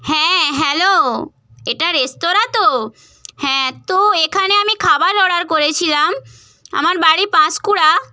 হ্যাঁ হ্যালো এটা রেস্তোরাঁ তো হ্যাঁ তো এখানে আমি খাবার অর্ডার করেছিলাম আমার বাড়ি পাঁশকুড়া